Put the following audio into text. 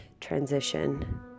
transition